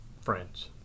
friends